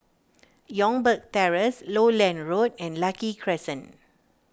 Youngberg Terrace Lowland Road and Lucky Crescent